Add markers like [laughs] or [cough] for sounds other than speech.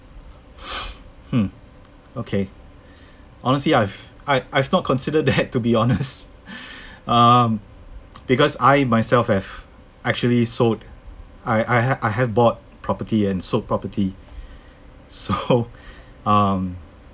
hmm okay honestly I've I I've not considered that [laughs] to be honest [laughs] um [noise] because I myself have actually sold I I ha~ I have bought property and sold property so [laughs] um